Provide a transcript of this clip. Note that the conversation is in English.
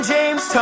James